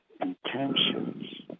intentions